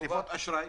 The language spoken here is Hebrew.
חטיבות אשראי.